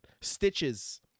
Stitches